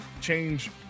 change